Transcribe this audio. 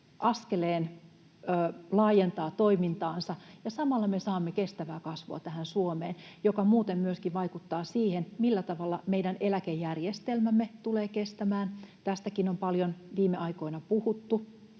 askeleen, laajentaa toimintaansa. Ja samalla me saamme kestävää kasvua Suomeen, mikä muuten myöskin vaikuttaa siihen, millä tavalla meidän eläkejärjestelmämme tulee kestämään. Tästäkin on paljon viime aikoina puhuttu: